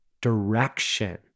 direction